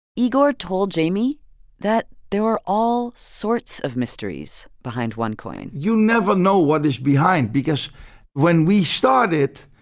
igor told jamie that there were all sorts of mysteries behind onecoin you never know what is behind because when we started,